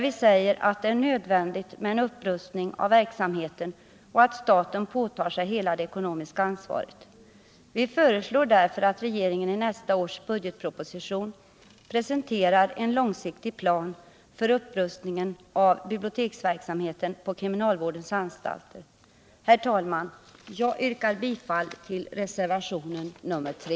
Vi säger att det är nödvändigt med en upprustning av verksamheten och att staten måste påta sig hela det ekonomiska ansvaret. Vi föreslår därför att regeringen i nästa års budgetproposition presenterar en långsiktig plan för upprustning av biblioteksverksamheten på kriminalvårdens anstalter. Herr talman, jag yrkar bifall till reservationen 3.